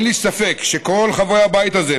אין לי ספק שכל חברי הבית הזה,